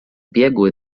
biegły